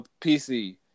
PC